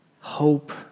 hope